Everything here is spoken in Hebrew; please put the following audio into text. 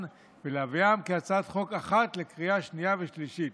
ולהביאן כהצעת חוק אחת לקריאה שנייה ושלישית.